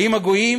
האם הגויים